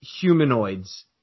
humanoids